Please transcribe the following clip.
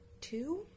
two